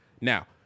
Now